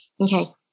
Okay